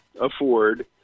afford